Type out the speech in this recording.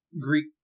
Greek